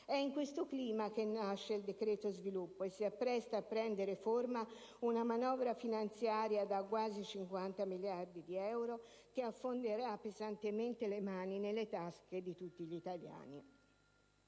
È in questo clima che nasce il decreto sviluppo e si appresta a prendere forma una manovra finanziaria da quasi 50 miliardi di euro che affonderà pesantemente le mani nelle tasche di tutti gli italiani.